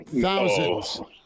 Thousands